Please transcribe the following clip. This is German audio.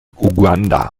uganda